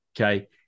okay